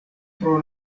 pro